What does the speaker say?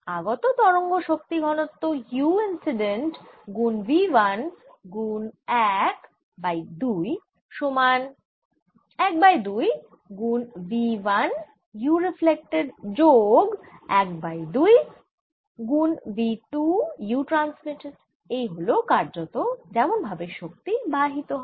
আগত তরঙ্গের শক্তি ঘনত্ব u ইন্সিডেন্ট গুন v 1 গুন 1 বাই 2 সমান 1 বাই 2 গুন v 1 u রিফ্লেক্টেড যোগ 1 বাই 2 গুন v 2 u ট্রান্সমিটেড এই হল কার্যত যেমন ভাবে শক্তি বাহিত হয়